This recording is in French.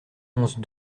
onze